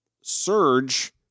surge